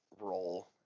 role